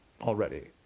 already